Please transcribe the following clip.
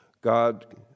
God